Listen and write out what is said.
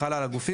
חלה על הגופים,